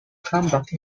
comeback